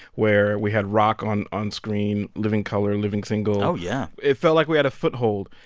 where we had rock on on screen living color, and living single. oh, yeah it felt like we had a foothold.